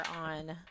on